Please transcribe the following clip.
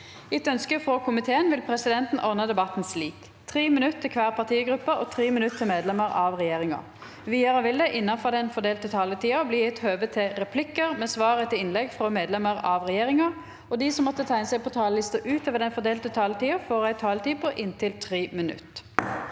Etter ønske fra finanskomi- teen vil presidenten ordne debatten slik: 3 minutter til hver partigruppe og 3 minutter til medlemmer av regjeringen. Videre vil det – innenfor den fordelte taletid – bli gitt anledning til replikker med svar etter innlegg fra medlemmer av regjeringen, og de som måtte tegne seg på talerlisten utover den fordelte taletid, får også en taletid på inntil 3 minutter.